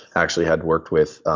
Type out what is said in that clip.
actually had worked with